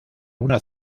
una